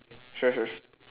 sure sure s~